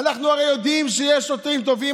אנחנו הרי יודעים שיש שוטרים טובים,